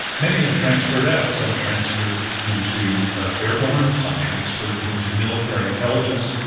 many of them transferred out. some transferred into airborne. some transferred into military intelligence.